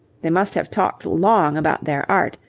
they must have talked long about their art,